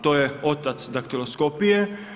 To je otac daktiloskopije.